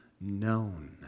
known